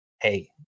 hey